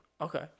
Okay